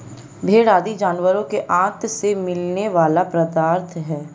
भेंड़ आदि जानवरों के आँत से मिलने वाला पदार्थ है